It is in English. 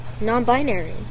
non-binary